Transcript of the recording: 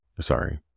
Sorry